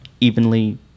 evenly